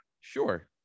sure